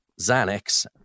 Xanax